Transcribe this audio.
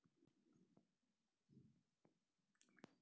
सब्जी उत्पादन के बाद दोबारा खेत को जोतकर कितने दिन खाली रखना होता है?